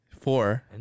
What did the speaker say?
Four